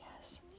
yes